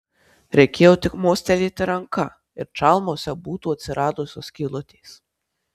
reikėjo tik mostelėti ranka ir čalmose būtų atsiradusios skylutės